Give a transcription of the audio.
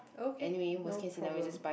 okay no problem